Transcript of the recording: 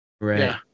right